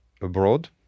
abroad